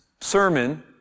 sermon